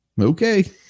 Okay